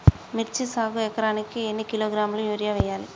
మిర్చి సాగుకు ఎకరానికి ఎన్ని కిలోగ్రాముల యూరియా వేయాలి?